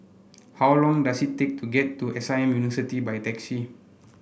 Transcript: how long does it take to get to S I M University by taxi